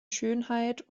schönheit